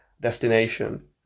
destination